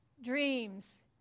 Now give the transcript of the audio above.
dreams